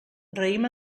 raïm